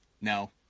No